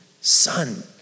son